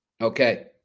Okay